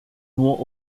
nur